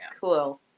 Cool